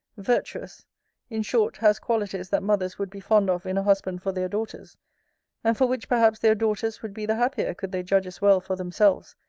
virtuous in short, has qualities that mothers would be fond of in a husband for their daughters and for which perhaps their daughters would be the happier could they judge as well for themselves,